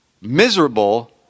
miserable